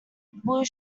blue